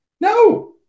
No